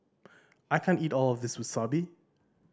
I can't eat all of this Wasabi